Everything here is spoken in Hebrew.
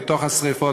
מתוך השרפות,